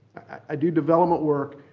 i do development work.